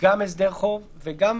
גם הסדר חוב וגם